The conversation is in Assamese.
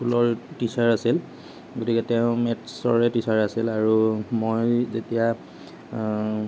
স্কুলৰ টিচাৰ আছিল গতিকে তেওঁ মেথচৰে টিচাৰ আছিলে আৰু মই যেতিয়া